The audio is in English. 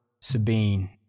Sabine